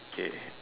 K